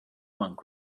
monk